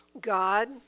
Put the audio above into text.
God